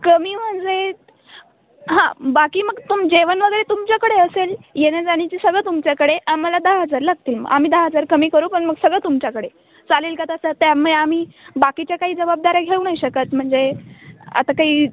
कमी म्हणजे हां बाकी मग तुम जेवण वगैरे तुमच्याकडे असेल येण्याजाण्याची सगळं तुमच्याकडे आम्हाला दहा हजार लागतील मग आम्ही दहा हजार कमी करू पण मग सगळं तुमच्याकडे चालेल का तसं त्यामुळे आम्ही बाकीच्या काही जवाबदाऱ्या घेऊ नाही शकत म्हणजे आता काही